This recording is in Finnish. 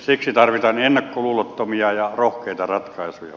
siksi tarvitaan ennakkoluulottomia ja rohkeita ratkaisuja